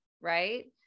Right